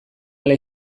hala